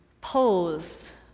pose